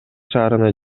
шаарына